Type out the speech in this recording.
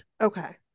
Okay